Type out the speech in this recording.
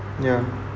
ya